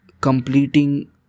completing